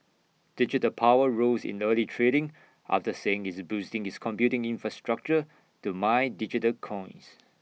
digital power rose in early trading after saying it's boosting its computing infrastructure to mine digital coins